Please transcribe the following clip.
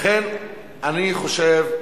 לכן אני חושב,